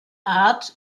art